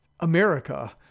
america